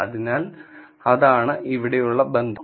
അതിനാൽഅതാണ് ഇവിടെയുള്ള ബന്ധം